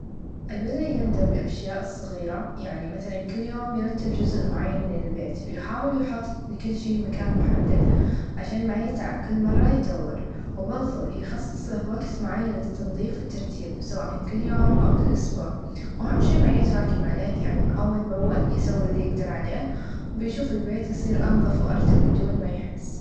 أقله يبدأ بالأشياء الصغيره يعني مثلا كل يوم يرتب چزء معين من البيت و يحاول يحط ل كل شئ مكان محدد عشان ما يتعب كل مره يدور و برظه يخصص له وقت معين للتنظيف و الترتيب سواء إن كل يوم أو كا أسبوع و أهم شئ ما يتراكم عليه يعني أول بأول يسوي إلي يقدر عليه بيشوف البيت يصيرأنظف و أرتب بدون ما يحس.